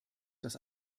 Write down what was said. dass